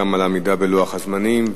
גם על העמידה בלוח הזמנים.